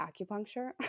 acupuncture